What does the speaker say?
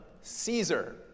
Caesar